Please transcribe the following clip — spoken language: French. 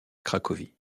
cracovie